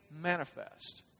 manifest